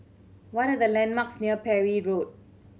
what are the landmarks near Parry Road